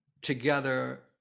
together